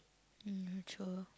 mm true